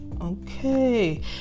Okay